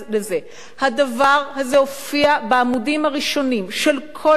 הדבר הזה הופיע בעמודים הראשונים של כל העיתונים בעולם.